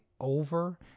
over